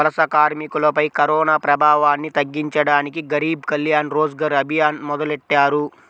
వలస కార్మికులపై కరోనాప్రభావాన్ని తగ్గించడానికి గరీబ్ కళ్యాణ్ రోజ్గర్ అభియాన్ మొదలెట్టారు